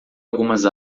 algumas